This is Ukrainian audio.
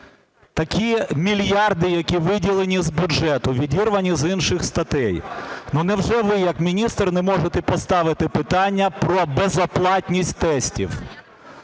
Такі мільярди, які виділені з бюджету, відірвані з інших статей. Ну невже ви як міністр не можете поставити питання про безоплатність тестів?